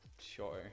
Sure